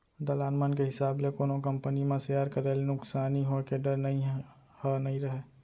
दलाल मन के हिसाब ले कोनो कंपनी म सेयर करे ले नुकसानी होय के डर ह नइ रहय